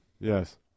Yes